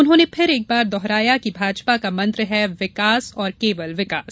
उन्होंने फिर एकबार दोहराया की भाजपा का मंत्र है विकास और केवल विकास